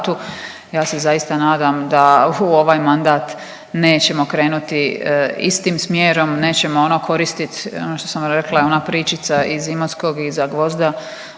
Ja se zaista nadam da u ovaj mandat nećemo krenuti istim smjerom, nećemo ono koristit, ono što sam rekla ona pričica iz Imotskog, iz Zagvozda